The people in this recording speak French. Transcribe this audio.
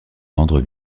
rendre